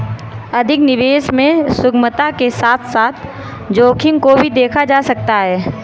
अधिक निवेश में सुगमता के साथ साथ जोखिम को भी देखा जा सकता है